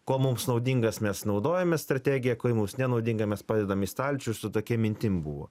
kuo mums naudingas mes naudojamės strategiją kuri mums nenaudinga mes padedam į stalčių su tokia mintim buvo